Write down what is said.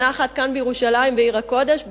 שנה אחת כאן בירושלים בעיר הקודש,